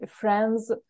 friends